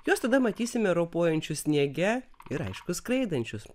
juos tada matysime ropojančius sniege ir aišku skraidančius